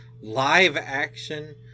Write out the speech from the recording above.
Live-action